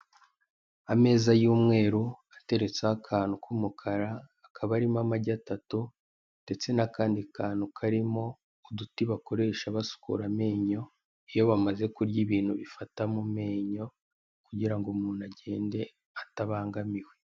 Ameza y'umweru ateretseho akantu k'umukara akaba arimo amagi atatu ndetse n'akandi kantu karimo uduti bakoresha basukura amenyo iyo bamaze kurya ibintu bifata mu menyo kugira ngo umuntu agende atabangamiwe.